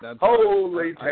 holy